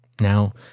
Now